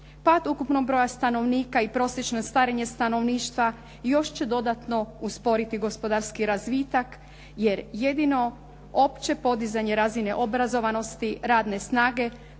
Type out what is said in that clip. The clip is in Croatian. Pad ukupnog broja stanovnika i prosječno starenje stanovništva još će dodatno usporiti gospodarski razvitak, jer jedino opće podizanje razine obrazovanosti, radne snage